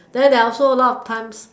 then there are also a lot of times